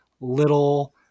little